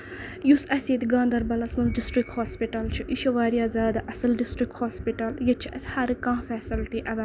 یُس اَسہِ ییٚتہِ گاندربَلَس منٛز ڈِسٹرک ہوسپِٹل چھُ یہِ چھُ واریاہ زیادٕ اَصٕل ڈِسٹرک ہوسپِٹل ییٚتہِ چھِ اَسہِ ہر کانہہ فیسَلٹی ایولیبٔل